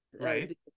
Right